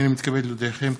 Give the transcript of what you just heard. הינני מתכבד להודיעכם,